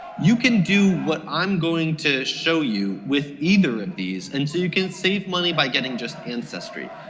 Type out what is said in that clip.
you can do what i'm going to show you with either of these and so you can save money by getting just ancestry.